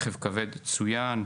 לגבי רכב כבד צוין.